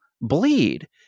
bleed